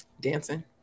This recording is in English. Dancing